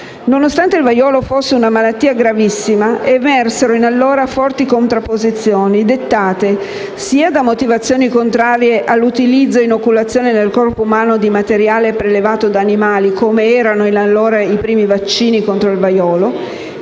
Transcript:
Nonostante il vaiolo fosse una malattia gravissima, emersero in allora forti contrapposizioni, dettate sia da motivazioni contrarie all'utilizzo e all'inoculazione nel corpo umano di materiale prelevato da animali (come erano in allora i primi vaccini contro il vaiolo),